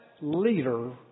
leader